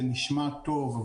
זה נשמע טוב,